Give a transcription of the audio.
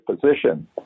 position